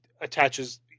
attaches